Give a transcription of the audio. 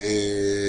ישיבה,